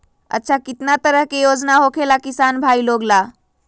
अच्छा कितना तरह के योजना होखेला किसान भाई लोग ला?